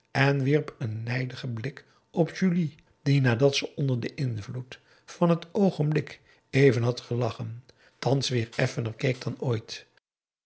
en wierp een nijdigen blik op julie die nadat ze onder den invloed van het oogenblik even had gelachen thans weer effener keek dan ooit